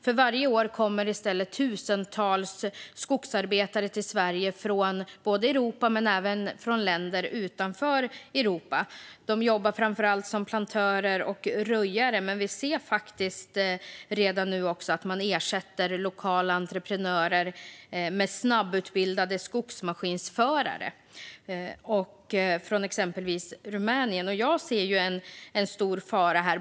För varje år kommer i stället tusentals skogsarbetare till Sverige från Europa men även från länder utanför Europa. De jobbar framför allt som plantörer och röjare. Men vi ser redan nu att man ersätter lokala entreprenörer med snabbutbildade skogsmaskinsförare från exempelvis Rumänien. Jag ser en stor fara här.